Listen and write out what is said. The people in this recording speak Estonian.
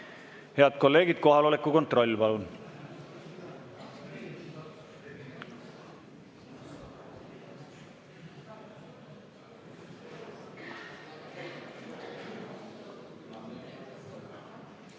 Head kolleegid, kohaloleku kontroll, palun!